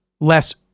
less